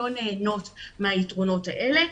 לא נהנות מהיתרונות האלה.